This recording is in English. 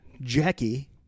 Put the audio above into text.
Jackie